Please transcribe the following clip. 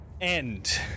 end